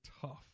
tough